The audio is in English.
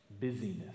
busyness